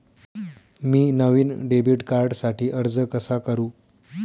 मी नवीन डेबिट कार्डसाठी अर्ज कसा करु?